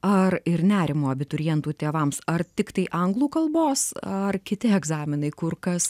ar ir nerimo abiturientų tėvams ar tiktai anglų kalbos ar kiti egzaminai kur kas